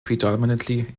predominantly